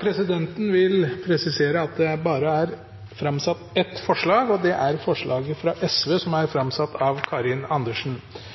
Presidenten vil presisere at det er framsatt bare ett forslag, og det er forslaget fra SV, som er framsatt av representanten Karin Andersen.